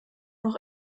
noch